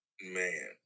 Man